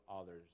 others